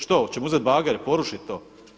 Što, hoćemo uzeti bagere i porušiti to?